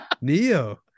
Neo